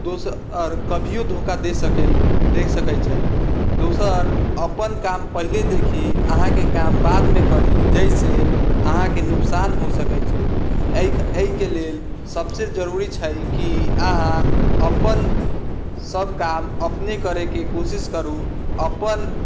दोसर कभिओ धोखा दऽ सकेला दऽ सकै छै दोसर अपन काम पहिले देखी अहाँके काम बादमे करी जाहिसँ अहाँके नोकसान हो सकै छै एहिके लेल सबसँ जरूरी छै कि अहाँ अपन सब काम अपने करैके कोशिश करू अपन